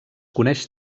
coneix